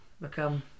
become